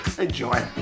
Enjoy